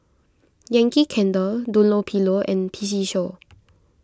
Yankee Candle Dunlopillo and P C Show